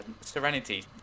serenity